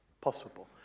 possible